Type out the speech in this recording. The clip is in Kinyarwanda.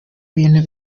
bintu